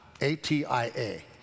A-T-I-A